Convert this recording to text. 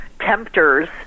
tempters